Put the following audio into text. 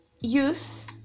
youth